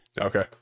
okay